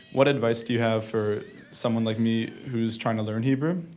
what advice do you have for someone like me who's trying to learn hebrew?